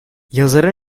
yazarın